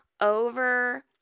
over